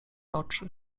oczy